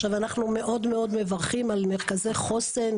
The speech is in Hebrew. עכשיו, אנחנו מאוד מאוד מברכים על מרכזי חוסן.